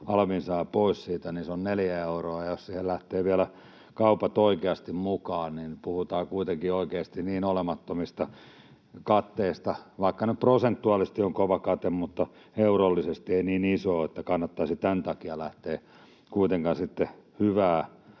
alvin saa pois siitä, niin se on neljä euroa, ja jos siihen lähtevät kaupat oikeasti mukaan, niin puhutaan kuitenkin oikeasti niin olemattomista katteista, vaikka nyt prosentuaalisesti on kova kate mutta eurollisesti ei niin iso — että en jaksakaan uskoa, että kannattaisi tämän takia lähteä kuitenkaan sitten hyvää